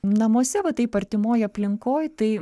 namuose vat taip artimoj aplinkoj tai